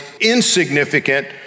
insignificant